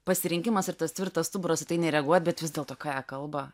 pasirinkimas ir tas tvirtas stuburas į tai nereaguot bet vis dėlto ką jie kalba